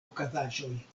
okazaĵoj